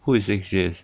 who is shakespeare